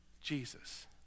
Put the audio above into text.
Jesus